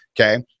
Okay